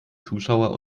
zuschauer